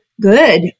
good